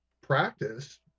practice